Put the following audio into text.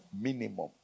Minimum